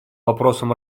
вопросам